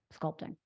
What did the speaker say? sculpting